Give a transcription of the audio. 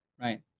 right